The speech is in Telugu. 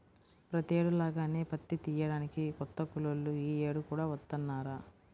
ప్రతేడు లాగానే పత్తి తియ్యడానికి కొత్త కూలోళ్ళు యీ యేడు కూడా వత్తన్నారా